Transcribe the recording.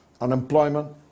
unemployment